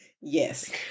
Yes